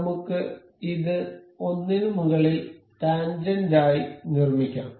നമുക്കു ഇത് ഒന്നിന് മുകളിൽ ടാൻജൻറ് ആയി നിർമിക്കാം